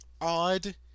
odd